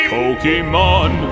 Pokemon